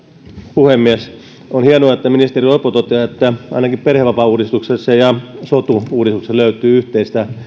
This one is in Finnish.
puhemies on hienoa että ministeri orpo toteaa että ainakin perhevapaauudistuksessa ja sotu uudistuksessa löytyy yhteistä